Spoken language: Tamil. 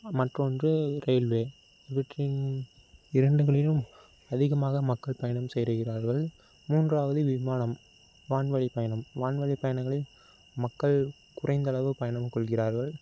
மற்றொன்று ரயில்வே இவற்றின் இரண்டுகளிலும் அதிகமாக மக்கள் பயணம் செய்கிறார்கள் மூன்றாவது விமானம் வான்வழிப்பயணம் வான்வழி பயணங்களில் மக்கள் குறைந்த அளவு பயணம் கொள்கிறார்கள்